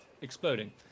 exploding